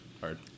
hard